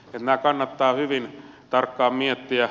nämä kannattaa hyvin tarkkaan miettiä